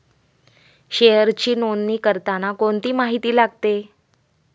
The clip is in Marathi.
शेअरची नोंदणी करताना कोणती माहिती लागते?